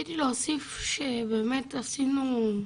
רציתי להוסיף שבאמת, עשינו,